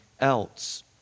else